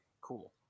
cool